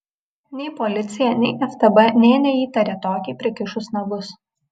nei policija nei ftb nė neįtarė tokį prikišus nagus